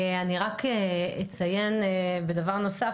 אני רק אציין בדבר נוסף,